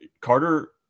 Carter